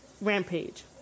Rampage